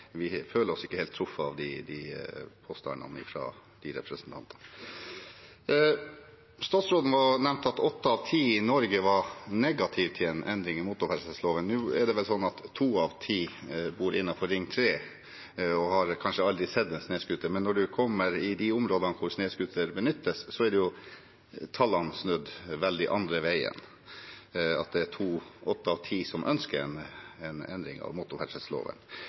vi føler oss ikke helt truffet av påstandene fra de representantene. Statsråden nevnte at åtte av ti i Norge var negative til en endring i motorferdselloven. Nå er det vel sånn at to av ti bor innenfor Ring 3 og har kanskje aldri sett en snøscooter, men når man kommer i de områdene der snøscooter benyttes, er jo tallene snudd veldig andre veien – at det er åtte av ti som ønsker en endring av